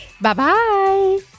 Bye-bye